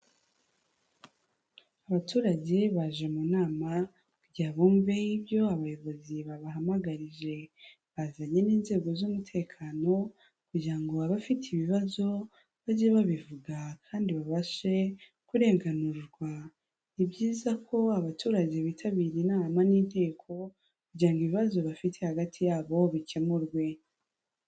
Abaturage baje mu nama, kugira ngo bumve y'ibyo abayobozi babahamagarije, bazanye n'inzego z'umutekano, kugira ngo abafite ibibazo, bajye babivuga, kandi babashe kurenganurwa, ni byiza ko abaturage bitabira inama n'inteko, kugira ngo ibibazo bafite hagati yabo bikemurwe.